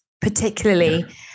particularly